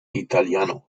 italiano